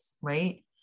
right